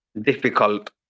difficult